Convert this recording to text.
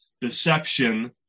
deception